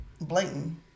blatant